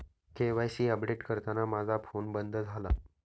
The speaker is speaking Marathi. के.वाय.सी अपडेट करताना माझा फोन बंद झाला